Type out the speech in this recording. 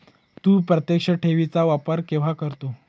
तू प्रत्यक्ष ठेवी चा वापर केव्हा करतो?